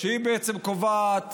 היא בעצם קובעת